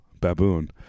baboon